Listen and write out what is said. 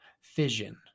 fission